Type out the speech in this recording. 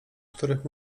których